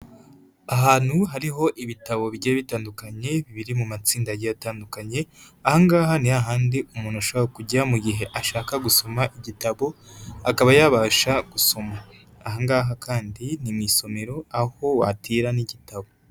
Ahantu hariho ibitabo bigiye bitandukanye, biri mu matsinda agiye atandukanye, aha ngaha ni hahandi umuntu ashobora kujya mu gihe ashaka gusoma igitabo, akaba yabasha gusoma, aha ngaha kandi ni mu isomero, aho watira n'igitabo.